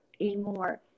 anymore